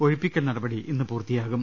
ഒഴിപ്പിക്കൽ നടപടി ഇന്ന് പൂർത്തിയാകും